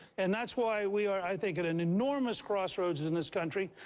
and that's why we are, i think, at an enormous crossroads in this country.